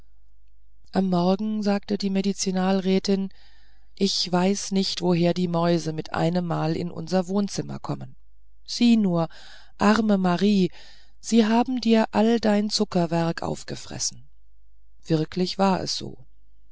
am morgen sagte die medizinalrätin ich weiß nicht woher die mäuse mit einemmal in unser wohnzimmer kommen sieh nur arme marie sie haben dir all dein zuckerwerk aufgefressen wirklich war es so